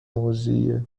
موذیه